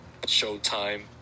Showtime